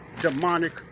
demonic